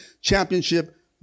Championship